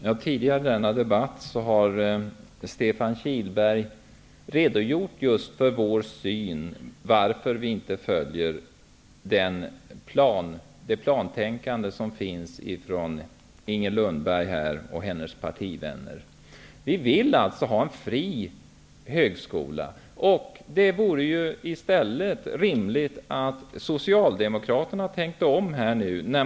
Herr talman! Tidigare i denna debatt har Stefan Kihlberg redogjort just för vår syn på detta, orsaken till att vi inte följer det plantänkande som Inger Lundberg och hennes partivänner förespråkar. Vi vill ha en fri högskola. Det vore i stället rimligt att Socialdemokraterna tänkte om.